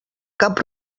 cap